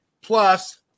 plus